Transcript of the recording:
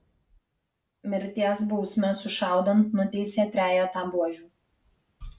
mirties bausme sušaudant nuteisė trejetą buožių